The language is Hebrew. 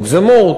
או מוגזמות,